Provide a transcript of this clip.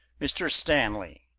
mr. stanley?